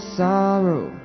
sorrow